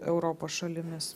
europos šalimis